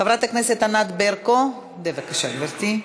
חברת הכנסת ענת ברקו, בבקשה, גברתי.